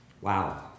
Wow